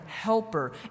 helper